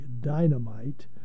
dynamite